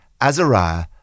Azariah